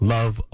Love